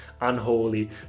unholy